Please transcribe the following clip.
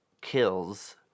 kills